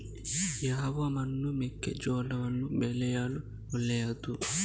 ಯಾವ ಮಣ್ಣು ಮೆಕ್ಕೆಜೋಳವನ್ನು ಬೆಳೆಯಲು ಒಳ್ಳೆಯದು?